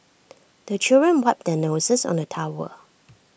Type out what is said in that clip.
the children wipe their noses on the towel